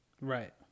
Right